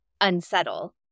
unsettle